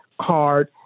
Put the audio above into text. card